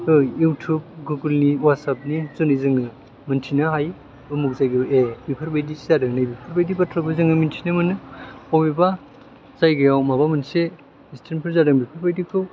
YouTube Google नि WhatsApp नि जुनै जोङो मोनथिनो हायो उमुग जायगायाव ए बेफोरबायदिसो जादों नैबेफोरबायदि बाथ्राखौ जोङो मोनथिनोे मोनो बबेबा जायगायाव माबा मोनसे एकसिदेन्ट फोर जादों बेफोरबायदिखौ